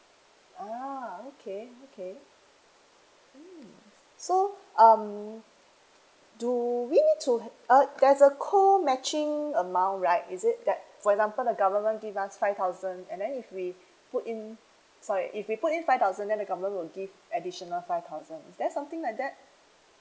ah okay okay mm so um do we to uh there's a co matching amount right is it that for example the government give us five thousand and then if we put in sorry if we put in five thousand then the government will give additional five thousand is there something like that